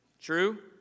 True